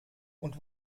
und